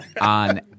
on